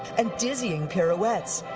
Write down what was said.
and dizzying pirouettes.